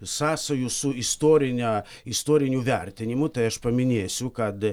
sąsajų su istorine istoriniu vertinimu tai aš paminėsiu kad